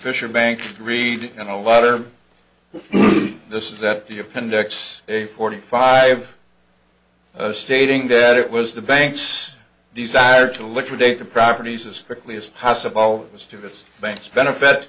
fisher bank read in a letter this is that the appendix a forty five stating that it was the bank's desire to liquidate the properties as quickly as possible with the stupidest banks benefit